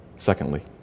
Secondly